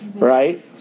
Right